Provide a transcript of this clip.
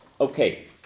okay